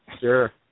Sure